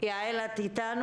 קרן רש"י, האם את איתנו?